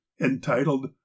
entitled